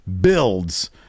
builds